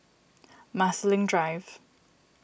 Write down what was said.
Marsiling Drive